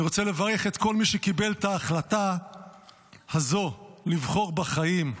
ואני רוצה לברך את כל מי שקיבל את ההחלטה הזו לבחור בחיים,